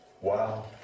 Wow